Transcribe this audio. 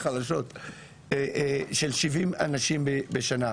של 70 אנשים בשנה.